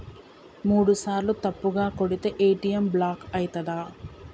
మూడుసార్ల తప్పుగా కొడితే ఏ.టి.ఎమ్ బ్లాక్ ఐతదా?